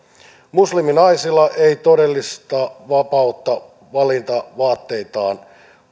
musliminaisilla ei ole todellista vapautta valita vaatteitaan